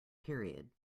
period